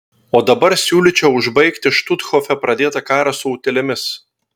o dabar siūlyčiau užbaigti štuthofe pradėtą karą su utėlėmis